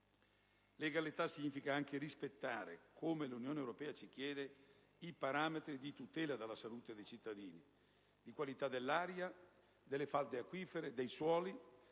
Legalità significa anche rispettare, come l'Unione europea ci chiede, i parametri di tutela della salute dei cittadini, di qualità dell'aria, delle falde acquifere, dei suoli;